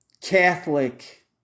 Catholic